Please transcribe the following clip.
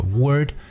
word